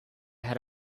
had